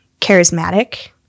charismatic